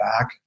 back